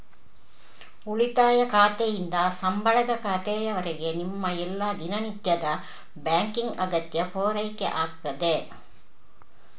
ಉಳಿತಾಯ ಖಾತೆಯಿಂದ ಸಂಬಳದ ಖಾತೆಯವರೆಗೆ ನಿಮ್ಮ ಎಲ್ಲಾ ದಿನನಿತ್ಯದ ಬ್ಯಾಂಕಿಂಗ್ ಅಗತ್ಯ ಪೂರೈಕೆ ಆಗ್ತದೆ